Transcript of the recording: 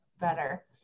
better